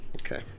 Okay